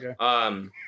Okay